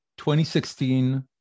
2016